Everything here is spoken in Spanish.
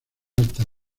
altas